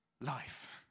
life